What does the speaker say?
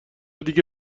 دیگه